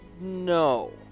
No